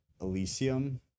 Elysium